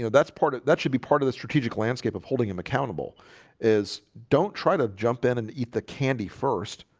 yeah that's part that should be part of the strategic landscape of holding him accountable is don't try to jump in and eat the candy first,